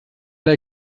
der